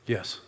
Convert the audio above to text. Yes